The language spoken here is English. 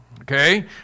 Okay